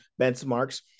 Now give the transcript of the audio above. benchmarks